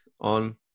on